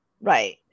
Right